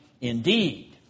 indeed